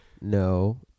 No